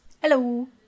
Hello